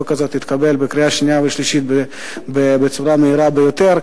הזאת תתקבל בקריאה שנייה ושלישית בצורה המהירה ביותר,